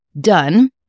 done